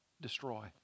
destroy